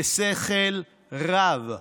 בשכל רב.